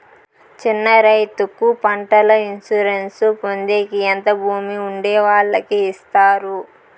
చిన్న రైతుకు పంటల ఇన్సూరెన్సు పొందేకి ఎంత భూమి ఉండే వాళ్ళకి ఇస్తారు?